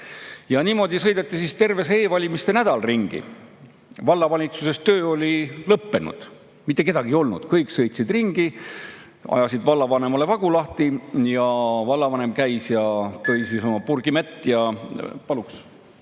Niimoodi sõideti terve see e‑valimiste nädal ringi. Vallavalitsuses oli töö lõppenud, mitte kedagi seal ei olnud, kõik sõitsid ringi, ajasid vallavanemale vagu lahti, vallavanem käis ja tõi oma purgi mett ja … Paluks